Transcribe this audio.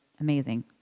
amazing